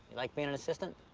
like being an assistant?